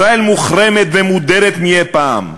ישראל מוחרמת ומודרת מאי-מפעם.